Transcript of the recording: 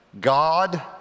God